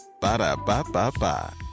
Ba-da-ba-ba-ba